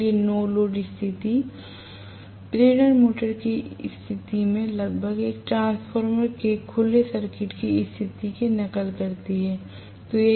इसलिए no load स्थिति प्रेरण मोटर की स्थिति में लगभग एक ट्रांसफार्मर के खुले सर्किट की स्थिति की नकल करती है